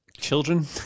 Children